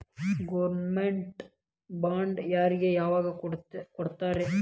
Government bond ಯಾರಿಗೆ ಯಾವಗ್ ಕೊಡ್ತಾರ?